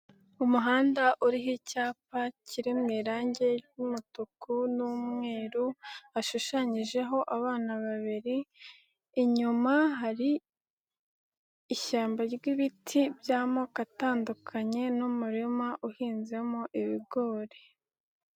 Umuhanda uriho icyapa kiri mu irange ry'umutuku n'umweru hashushanyijeho abana babiri, inyuma hari ishyamba ry'ibiti by'amoko atandukanye n'umurima uhinzemo ibigori.